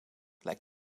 lijkt